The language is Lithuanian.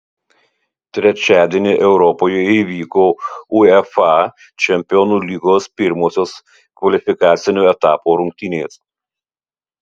trečiadienį europoje įvyko uefa čempionų lygos pirmosios kvalifikacinio etapo rungtynės